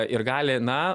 ir gali na